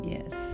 Yes